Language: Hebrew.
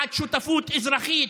בעד שותפות אזרחית.